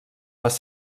les